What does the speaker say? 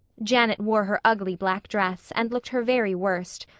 janet wore her ugly black dress and looked her very worst,